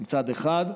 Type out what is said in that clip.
מצד אחד,